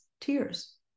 tears